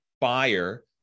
buyer